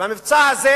המבצע הזה